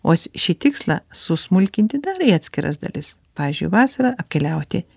o šį tikslą susmulkinti dar į atskiras dalis pavyzdžiui vasarą apkeliauti